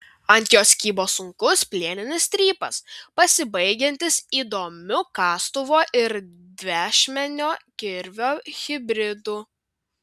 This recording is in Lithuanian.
ant jos kybo sunkus plieninis strypas pasibaigiantis įdomiu kastuvo ir dviašmenio kirvio hibridu